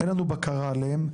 אין לנו בקרה עליהם,